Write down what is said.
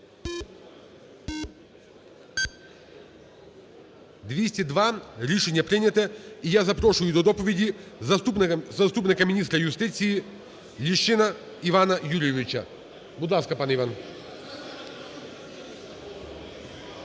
За-202 Рішення прийнято. І я запрошую до доповіді заступника міністра юстиції Ліщину Івана Юрійовича. Будь ласка, пане Іван.